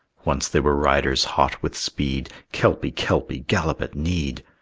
once they were riders hot with speed, kelpie, kelpie, gallop at need!